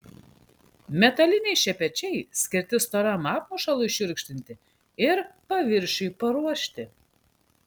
metaliniai šepečiai skirti storam apmušalui šiurkštinti ir paviršiui paruošti